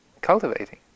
cultivating